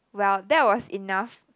well that was enough